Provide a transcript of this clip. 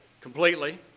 completely